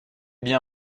bien